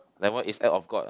that one is act of God ah